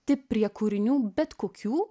ti prie kūrinių bet kokių